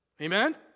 Amen